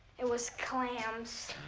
it was clams.